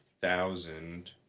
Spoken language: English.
thousand